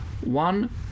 One